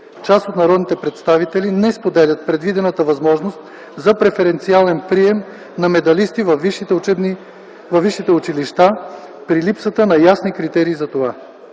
Част от народните представители не споделят предвидената възможност за преференциален прием на медалисти във висшите училища при липсата на ясни критерии за това.